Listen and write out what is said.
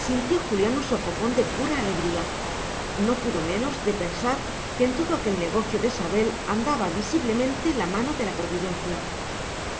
sintió julián un sofocón de pura alegría no pudo menos de pensar que en todo aquel negocio de sabel andaba visiblemente la mano de la providencia